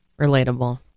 relatable